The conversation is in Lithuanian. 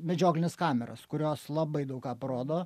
medžioklines kameras kurios labai daug ką parodo